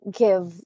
give